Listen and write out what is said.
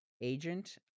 agent